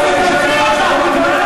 קריאה: תוציאי אותו.